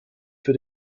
für